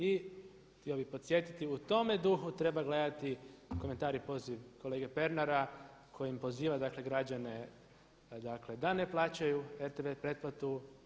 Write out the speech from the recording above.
I htio bih podsjetiti u tome duhu treba gledati komentar i poziv kolege Pernara kojim poziva dakle građane da ne plaćaju RTV pretplatu.